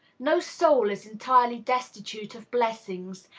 no soul is entirely destitute of blessings,